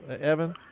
Evan